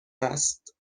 است